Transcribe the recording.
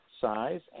size